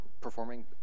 performing